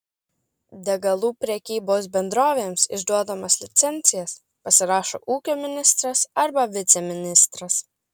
degalų prekybos bendrovėms išduodamas licencijas pasirašo ūkio ministras arba viceministras